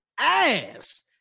Ass